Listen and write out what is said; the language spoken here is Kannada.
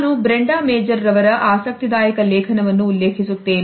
ನಾನು ಬ್ರೆಂಡಾ ಮೇಜರ್ ಅವರ ಆಸಕ್ತಿದಾಯಕ ಲೇಖನವನ್ನು ಉಲ್ಲೇಖಿಸುತ್ತೇನೆ